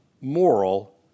moral